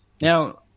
now